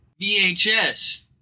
VHS